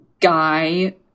guy